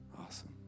Awesome